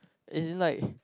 as in like